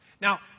Now